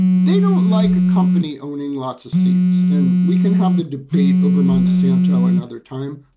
they don't like a company owning lots of seeds. and we can have the debate over monsanto another time.